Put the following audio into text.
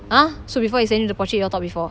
ah so before he send you the portrait you all talk before